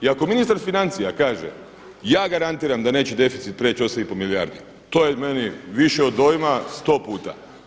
I ako Ministar financija kaže ja garantiram da neće deficit prijeći 8 i pol milijardi to je meni više od dojma sto puta.